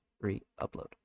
re-upload